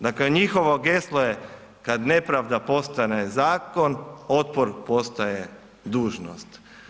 Dakle njihovo geslo je „kada nepravda postane zakon, otpor postaje dužnost“